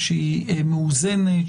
שהיא מאוזנת,